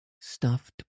stuffed